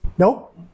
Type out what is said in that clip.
Nope